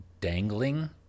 dangling